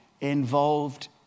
involved